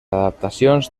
adaptacions